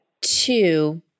Two